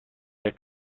der